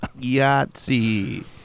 Yahtzee